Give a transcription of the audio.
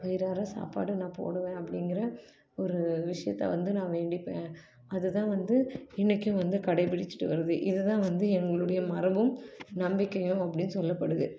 வயிறார சாப்பாடு நான் போடுவேன் அப்படிங்கிற ஒரு விஷயத்த வந்து நான் வேண்டிப்பேன் அதுதான் வந்து இன்றைக்கும் வந்து கடைப்பிடிச்சிகிட்டு வரது இதை தான் வந்து எங்களுடைய மரபும் நம்பிக்கையும் அப்படின்னு சொல்லப்படுது